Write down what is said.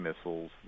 missiles